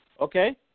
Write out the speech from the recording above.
Okay